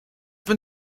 been